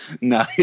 No